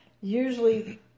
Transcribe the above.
usually